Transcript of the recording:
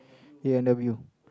he interview